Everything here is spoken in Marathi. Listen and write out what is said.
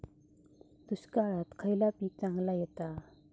दुष्काळात खयला पीक चांगला येता?